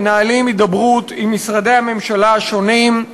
מנהלים הידברות עם משרדי הממשלה השונים,